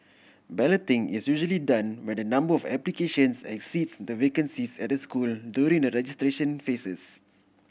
balloting is usually done when the number of applications exceeds the vacancies at a school during the registration phases